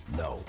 no